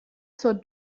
zur